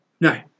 no